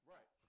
Right